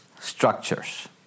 structures